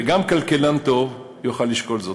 וגם כלכלן טוב יוכל לשקול זאת.